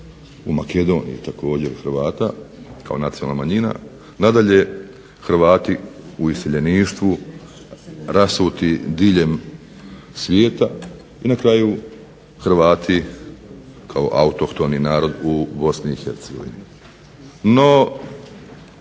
u Makedoniji također Hrvata kao nacionalna manjina. Nadalje, Hrvati u iseljeništvu rasuti diljem svijeta. I na kraju Hrvati kao autohtoni narod u Bosni i Hercegovini.